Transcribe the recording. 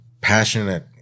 passionate